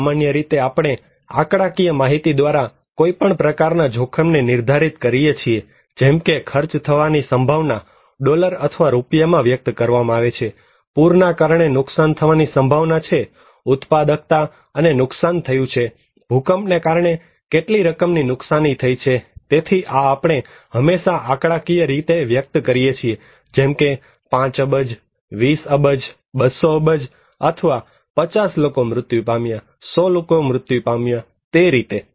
સામાન્ય રીતે આપણે આંકડાકીય માહિતી દ્વારા કોઈપણ પ્રકારના જોખમને નિર્ધારિત કરીએ છીએ જેમકે ખર્ચ થવાની સંભાવના ડોલર અથવા રૂપિયામાં વ્યક્ત કરવામાં આવે છેપૂરના કારણે નુકસાન થવાની સંભાવના છે ઉત્પાદકતા અને નુકસાન થયું છે ભૂકંપને કારણે કેટલી રકમ ની નુકશાની થઇ છે તેથી આ આપણે હંમેશા આંકડાકીય રીતે વ્યક્ત કરીએ છીએજેમ કે 5 અબજ 20 અબજ 200 અબજ અથવા 50 લોકો મૃત્યુ પામ્યા 100 લોકો મૃત્યુ પામ્યા તે રીતે